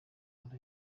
ahora